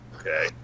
Okay